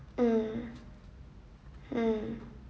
mm mm